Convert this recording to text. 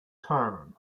town